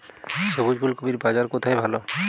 সবুজ ফুলকপির বাজার কোথায় ভালো?